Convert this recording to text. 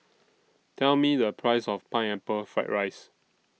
Tell Me The Price of Pineapple Fried Rice